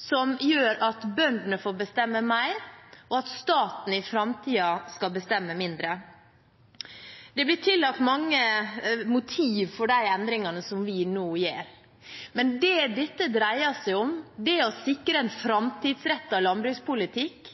som gjør at bøndene får bestemme mer, og at staten i framtiden skal bestemme mindre. Det blir tillagt mange motiv for de endringene som vi nå gjør, men det dette dreier seg om, er å sikre en framtidsrettet landbrukspolitikk